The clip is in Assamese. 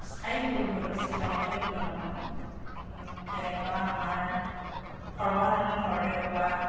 স্থায়ী ফুল ধৰি লওক চিজনতে বুলি নহয় তেনেকুৱা আমাৰ সৰ্বসাধাৰণ ঘৰতে পোৱা